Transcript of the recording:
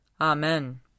Amen